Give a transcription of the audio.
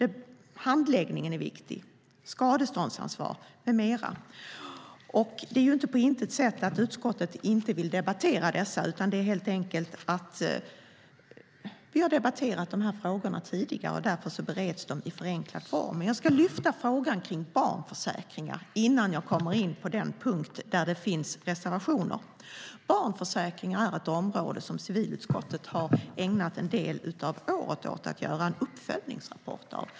Handläggning, skadeståndsansvar med mera är viktigt. Det är inte så att utskottet inte vill debattera dessa saker, men vi har debatterat de här frågorna tidigare. Därför bereds de i förenklad form. Jag ska lyfta upp frågan om barnförsäkringar innan jag kommer in på den punkt där det finns reservationer. Barnförsäkringar är ett område där civilutskottet har ägnat en del av året åt att göra en uppföljningsrapport.